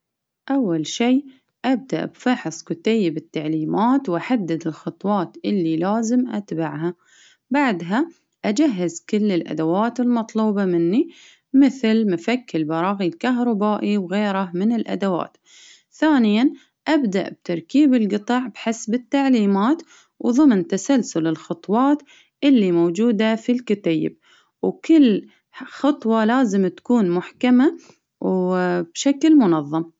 أول شي أبدا بفحص كتيب التعليمات، وأحدد الخطوات اللي لازم أتبعها، بعدها أجهز كل الأدوات المطلوبة مني ،مثل مفك البراغي الكهربائي وغيره من الأدوات، ثانيا أبدأ بتركيب القطع بحسب التعليم وظمن تسلسل الخطوات اللي موجودة في الكتيب ،وكل خطوة لازن تكون محكمة و بشكل منظم.